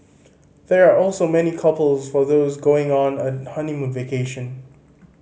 they are also many couples for those going on a honeymoon vacation